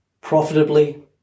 profitably